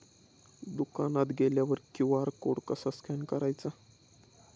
दुकानात गेल्यावर QR code कसा स्कॅन करायचा?